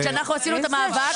כשאנחנו עשינו את המאבק.